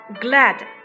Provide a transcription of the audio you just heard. glad